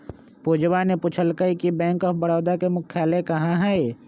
पूजवा ने पूछल कई कि बैंक ऑफ बड़ौदा के मुख्यालय कहाँ हई?